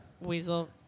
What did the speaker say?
weasel